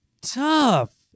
tough